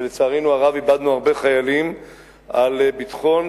ולצערנו הרב איבדנו הרבה חיילים על ביטחון